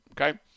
okay